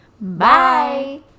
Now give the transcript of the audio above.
Bye